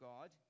God